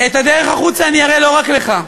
את הדרך החוצה אני אראה לא רק לך.